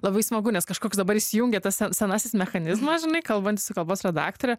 labai smagu nes kažkoks dabar įsijungia tas se senasis mechanizmas žinai kalbant su kalbos redaktore